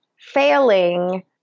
failing